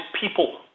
people